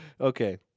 okay